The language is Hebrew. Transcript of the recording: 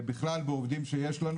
אין לי שום בעיות אישיות עם אף